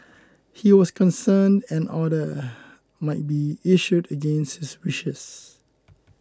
he was concerned an order might be issued against his wishes